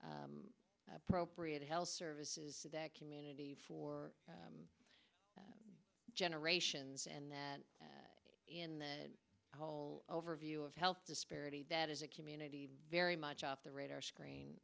appropriate health services to that community for generations and that in the whole overview of health disparity that is a community very much off the radar screen